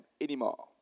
anymore